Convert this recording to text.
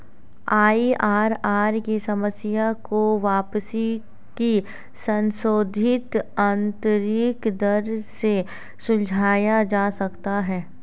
IRR की समस्या को वापसी की संशोधित आंतरिक दर से सुलझाया जा सकता है